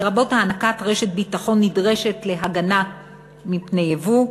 לרבות הענקת רשת ביטחון נדרשת להגנה מפני יבוא.